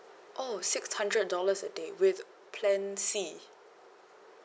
oh six hundred dollars a day with plan C